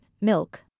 milk